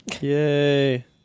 Yay